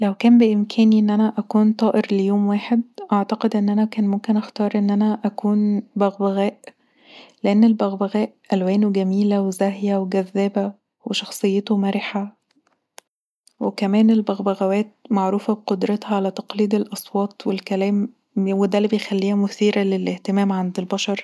لو كان بإمكاني اني كون طائر ليوم واحد اعتقد ان انا كان ممكن اختار اكون بغبغاء لان البغبغاء ألوانه جميله وزاهيه وجذابه وشخصيته مرحه وكمان البغبغاوات معروفه بقدرتها علي تقليد الاصوات والكلام وده اللي بيخليها مثيره للإهتمام عند البشر